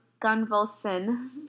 Gunvalson